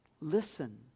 Listen